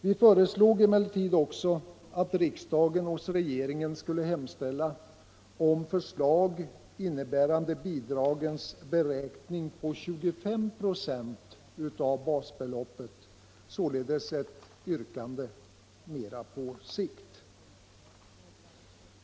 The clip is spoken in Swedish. Vi föreslog emellertid också att riksdagen hos regeringen skulle hemställa om förslag innebärande att bidragen beräknas på 25 26 av basbeloppet — således ett yrkande mera på sikt.